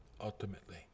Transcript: ultimately